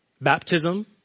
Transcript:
baptism